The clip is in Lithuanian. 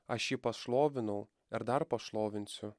aš jį pašlovinau ir dar pašlovinsiu